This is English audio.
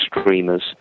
streamers